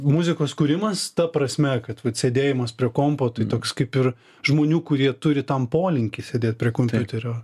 muzikos kūrimas ta prasme kad vat sėdėjimas prie kompo tai toks kaip ir žmonių kurie turi tam polinkį sėdėt prie kompiuterio